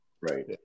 right